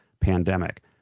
pandemic